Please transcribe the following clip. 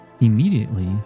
Immediately